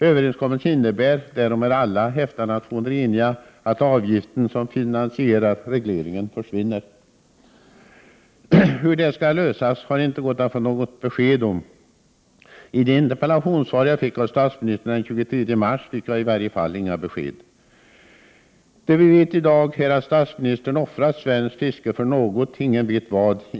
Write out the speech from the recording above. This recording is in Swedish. Överenskommelsen innebär — därom är alla EFTA nationer eniga — att avgiften som finansierar regleringen försvinner. Hur det skall lösas har inte gått att få något besked om. I det interpellationssvar jag fick av statsministern den 23 mars fick jag i varje fall inga besked. Det vi vet i dag är att statsministern offrat svenskt fiske för något — ingen vet vad.